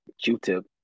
Q-Tip